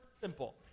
simple